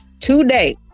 today